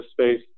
space